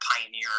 Pioneer